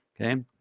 Okay